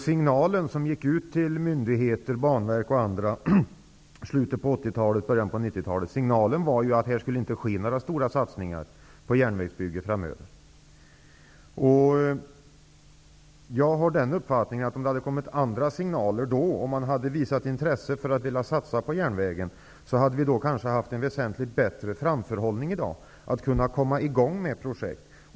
Signalen som gick ut till myndigheter, Banverket och andra i slutet av 80 talet och början av 90-talet var, att det inte skulle ske några stora satsningar framöver på järnvägsbyggen. Om det då hade kommit andra signaler, och man hade visat intresse för att satsa på järnvägen, hade vi kanske i dag haft en väsentligt bättre framförhållning så att vi kunnat komma i gång med projekt.